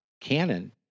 Canon